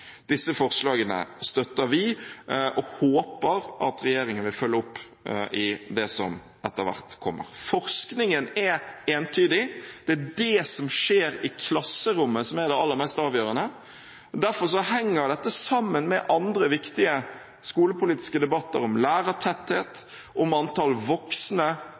Disse forslagene støtter vi og håper at regjeringen vil følge opp i det som etter hvert kommer. Forskningen er entydig: Det er det som skjer i klasserommet, som er det aller mest avgjørende. Derfor henger dette sammen med andre viktige skolepolitiske debatter – om lærertetthet, om antall voksne